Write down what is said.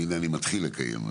והנה, אני מתחיל לקיים.